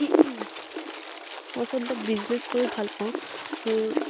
মই আচলতে বিজনেছ কৰি ভাল পাওঁ মোৰ